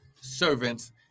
servants